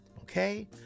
okay